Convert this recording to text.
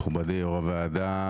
מכובדי יו"ר הוועדה,